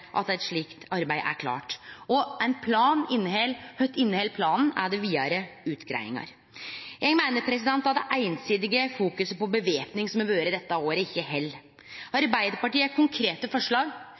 at eit slikt arbeid er klart. Kva inneheld planen? Er det vidare utgreiingar? Eg meiner det einsidige fokuset på væpning som har vore dette året, ikkje held.